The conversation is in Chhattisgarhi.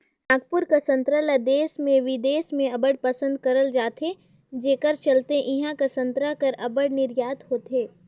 नागपुर कर संतरा ल देस में बिदेस में अब्बड़ पसंद करल जाथे जेकर चलते इहां कर संतरा कर अब्बड़ निरयात होथे